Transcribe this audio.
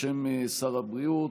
בשם שר הבריאות,